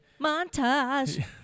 Montage